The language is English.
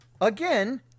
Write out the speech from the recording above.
again